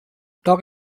talk